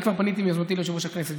כבר פניתי ביוזמתי ליושב-ראש הכנסת,